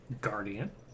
Guardian